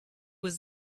was